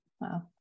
Wow